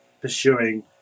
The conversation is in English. pursuing